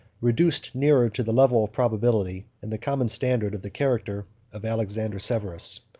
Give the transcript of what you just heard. reduced nearer to the level of probability and the common standard of the character of alexander severus.